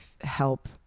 help